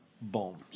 bombs